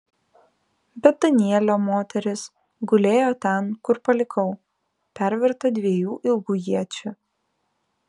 bet danielio moteris gulėjo ten kur palikau perverta dviejų ilgų iečių